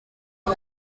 may